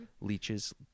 Leeches